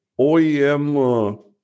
OEM